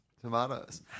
tomatoes